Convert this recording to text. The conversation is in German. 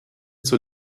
zur